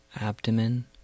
Abdomen